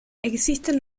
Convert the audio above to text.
existen